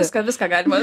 viską viską galima